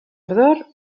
ardor